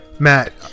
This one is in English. Matt